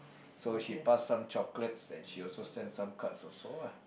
so she passed some chocolates and she also send some cards also lah